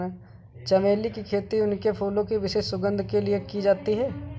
चमेली की खेती उनके फूलों की विशिष्ट सुगंध के लिए की जाती है